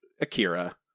Akira